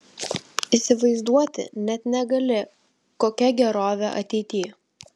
įsivaizduoti net negali kokia gerovė ateity